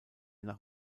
nach